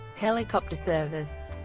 helicopter service